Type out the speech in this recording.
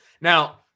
now